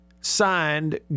signed